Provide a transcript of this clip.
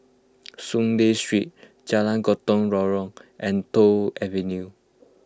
Soon Lee Street Jalan Gotong Royong and Toh Avenue